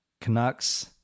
canucks